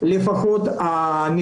לפחות כתוצאה ממים חמים.